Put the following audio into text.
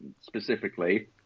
specifically